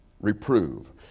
reprove